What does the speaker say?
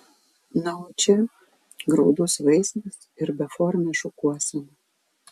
na o čia graudus vaizdas ir beformė šukuosena